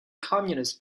communist